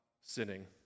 sinning